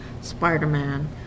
Spider-Man